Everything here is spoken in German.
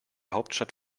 hauptstadt